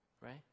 right